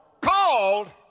called